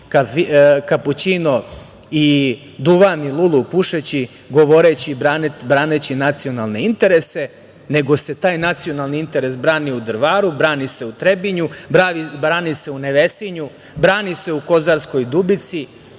kapućino i duvan i lulu pušeći, govoreći, braneći nacionalne interese, nego se taj nacionalni interes brani u Drvaru, brani se u Trebinju, brani se u Nevesinju, brani se Kozarskoj Dubici,